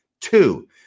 Two